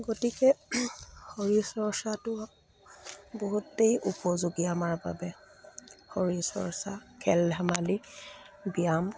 গতিকে শৰীৰ চৰ্চাটো বহুতেই উপযোগী আমাৰ বাবে শৰীৰ চৰ্চা খেল ধেমালি ব্যায়াম